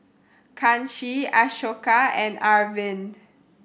Kanshi Ashoka and Arvind